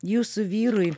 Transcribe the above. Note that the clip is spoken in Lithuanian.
jūsų vyrui